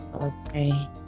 Okay